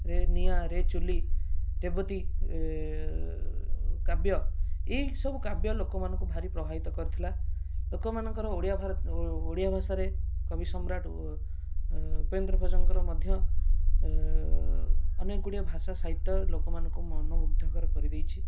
ରେ ନିଆଁରେ ଚୁଲି ରେବତୀ କାବ୍ୟ ଏଇସବୁ କାବ୍ୟ ଲୋକମାନଙ୍କୁ ଭାରି ପ୍ରଭାବିତ କରିଥିଲା ଲୋକମାନଙ୍କର ଓଡ଼ିଆ ଓଡ଼ିଆ ଭାଷାରେ କବି ସମ୍ରାଟ ଉପେନ୍ଦ୍ର ଭଞ୍ଜଙ୍କର ମଧ୍ୟ ଅନେକ ଗୁଡ଼ିଏ ଭାଷା ସାହିତ୍ୟ ଲୋକମାନଙ୍କର ମନୋମୁଗ୍ଧକର କରି କରିଦେଇଛି